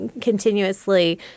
continuously